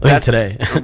today